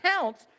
counts